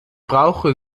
brauche